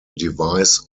device